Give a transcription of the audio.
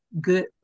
good